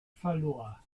verlor